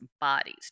bodies